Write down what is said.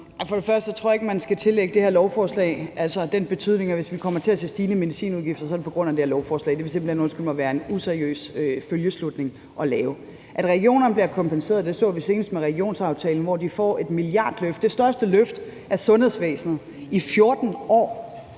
For det første tror jeg ikke, at man skal tillægge dette lovforslag den betydning, at hvis vi kommer til at se stigninger i medicinudgifterne, er det på grund det her lovforslag. Undskyld mig, men det ville simpelt hen være en useriøs følgeslutning at lave. At regionerne bliver kompenseret, så vi senest med regionsaftalen, hvor de fik et milliardløft. Det er det største løft af sundhedsvæsenet i 14 år,